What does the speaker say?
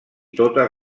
totes